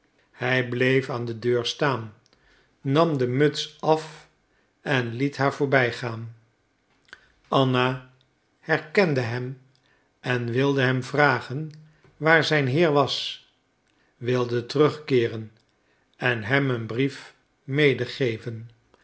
hij bleef aan de deur staan nam de muts af en liet haar voorbijgaan anna herkende hem en wilde hem vragen waar zijn heer was wilde terugkeeren en hem een brief